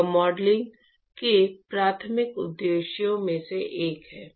यह मॉडलिंग के प्राथमिक उद्देश्यों में से एक है